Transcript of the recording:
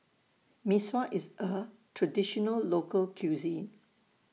Mee Sua IS A Traditional Local Cuisine